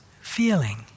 feeling